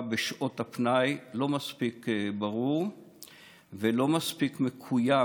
בשעות הפנאי לא מספיק ברור ולא מספיק מקוים.